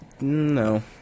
no